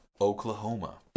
Oklahoma